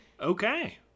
Okay